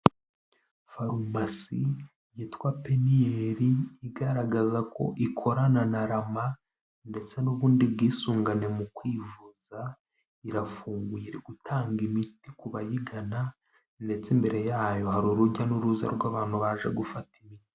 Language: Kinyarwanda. Farumasi yitwa peniyeri, igaragaza ko ikorana na rama, ndetse n'ubundi bwisungane mu kwivuza, irafunguye iri gutanga imiti ku bayigana, ndetse imbere yayo hari urujya n'uruza rw'abantu baje gufata imiti.